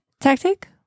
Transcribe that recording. Tactic